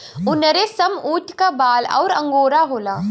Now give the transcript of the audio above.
उनरेसमऊट क बाल अउर अंगोरा होला